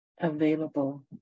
available